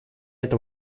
эта